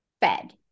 fed